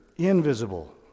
invisible